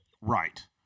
Right